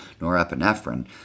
Norepinephrine